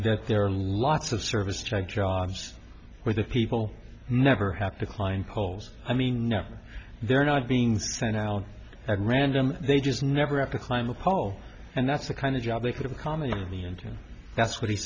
that there are lots of service tech jobs where the people never have to climb poles i mean no they're not being sent out at random they just never have to climb a pole and that's the kind of job they could accommodate the and that's what he